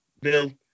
Bill